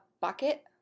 bucket